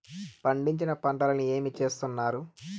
పండించిన పంటలని ఏమి చేస్తున్నారు?